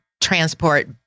transport